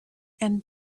and